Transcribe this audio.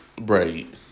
right